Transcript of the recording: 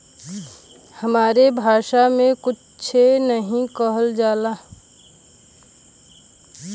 हमरे भासा मे कुच्छो नाहीं कहल जाला